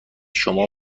شما